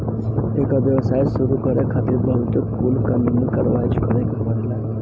एकर व्यवसाय शुरू करे खातिर बहुत कुल कानूनी कारवाही करे के पड़ेला